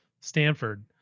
Stanford